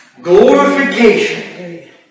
Glorification